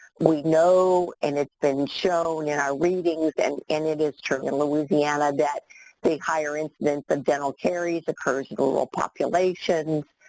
we know, and it's been shown in our readings, and it is true in louisiana that the higher incidents of dental caries occurs in rural populations.